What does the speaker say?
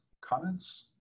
comments